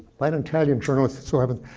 by an italian journalist, it so happens.